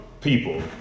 people